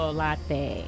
latte